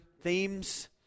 themes